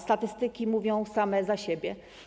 Statystyki mówią same za siebie.